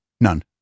None